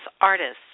artists